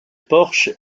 porche